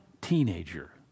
teenager